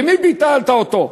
למי ביטלת אותו?